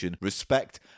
Respect